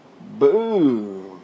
Boom